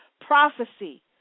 prophecy